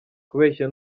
kubeshya